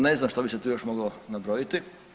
Ne znam što bi se tu još moglo nabrojiti.